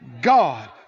God